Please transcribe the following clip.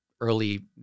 early